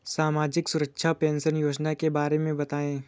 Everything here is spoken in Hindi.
सामाजिक सुरक्षा पेंशन योजना के बारे में बताएँ?